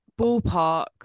Ballpark